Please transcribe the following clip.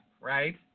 right